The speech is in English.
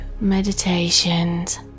meditations